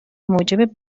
موجب